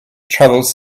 travels